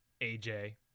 aj